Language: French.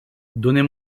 donnez